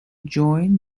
join